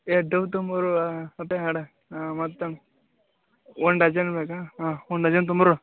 ಏ ಡವ್ ತೊಂಬಾರೋ ಮತ್ತು ಅಣ್ಣ ಮತ್ತು ಅಣ್ಣ ಒನ್ ಡಜನ್ ಬೇಕಾ ಹಾಂ ಒನ್ ಡಜನ್ ತೊಂಬಾರೋ